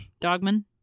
dogman